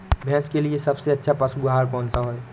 भैंस के लिए सबसे अच्छा पशु आहार कौन सा है?